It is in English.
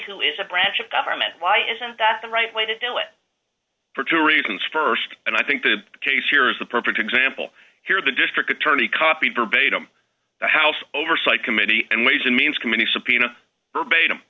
who is a branch of government why isn't that the right way to do it for two reasons st and i think the case here is a perfect example here the district attorney copied verbatim the house oversight committee and ways and means committee subpoenas verbatim